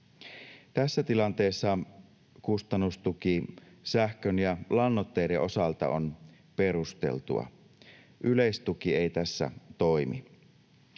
Tässä tilanteessa kustannustuki sähkön ja lannoitteiden osalta on perusteltu, yleistuki ei tässä toimi.